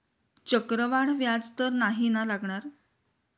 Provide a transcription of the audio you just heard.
चक्रवाढ व्याज तर नाही ना लागणार?